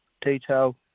detail